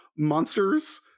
monsters